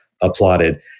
applauded